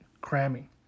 cramming